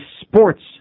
sports